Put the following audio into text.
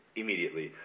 immediately